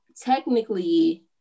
technically